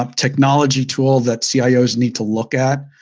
um technology tool that cios need to look at.